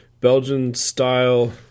Belgian-style